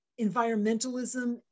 environmentalism